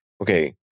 okay